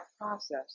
process